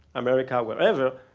america, wherever,